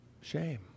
Shame